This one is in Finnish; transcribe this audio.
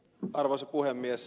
arvoisa puhemies